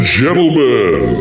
gentlemen